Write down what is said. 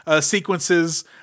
sequences